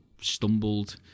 stumbled